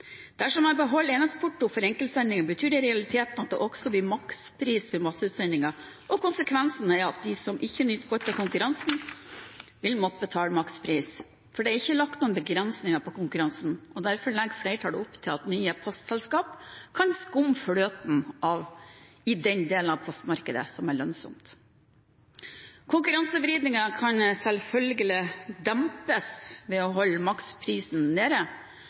Dersom man beholder enhetsporto for enkeltsendinger, betyr det i realiteten at det også blir makspris for masseutsendinger, og konsekvensen er at de som ikke nyter godt av konkurransen, vil måtte betale makspris. Det er ikke lagt noen begrensninger på konkurransen, og derfor legger flertallet opp til at nye postselskaper kan skumme fløten i den delen av postmarkedet som er lønnsom. Konkurransevridningen kan selvfølgelig dempes ved å holde maksprisen nede,